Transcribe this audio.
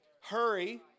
Hurry